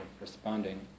responding